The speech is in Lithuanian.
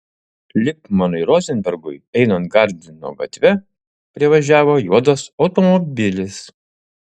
lipmanui rozenbergui einant gardino gatve privažiavo juodas automobilis